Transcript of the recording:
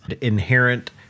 inherent